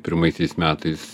pirmaisiais metais